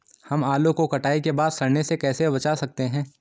हम आलू को कटाई के बाद सड़ने से कैसे बचा सकते हैं?